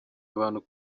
abantu